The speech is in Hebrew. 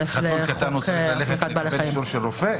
בשביל חתול קטן הוא צריך ללכת לקבל אישור של רופא?